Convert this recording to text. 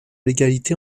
l’égalité